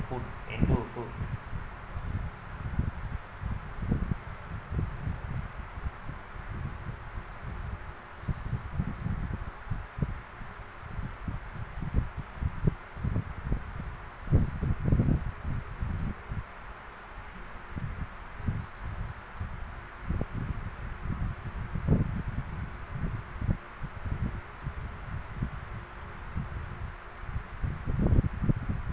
food into